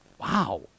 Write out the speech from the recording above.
wow